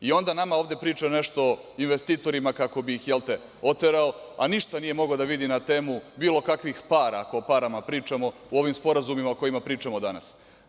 I onda nama ovde da priča nešto o investitorima kako bi ih, jelte, oterao, a ništa nije mogao da vidi na temu bilo kakvih para, ako o parama pričamo, u ovim sporazumima o kojima pričamo danas.